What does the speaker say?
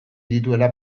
dituela